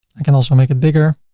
i can also make it bigger